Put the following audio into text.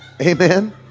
amen